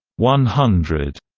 one hundred